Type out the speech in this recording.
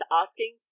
asking